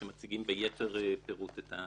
שמציגים בייתר פירוט את העמדה.